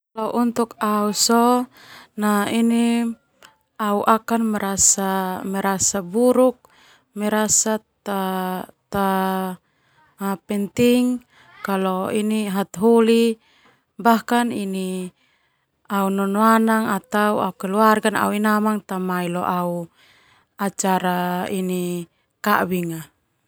Au akan merasa buruk merasa ta ta penting kalo ini hataholi bahkan au nonoana na bahkan au ina amanga tamai lo aku acara ini kabing.